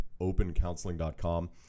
OpenCounseling.com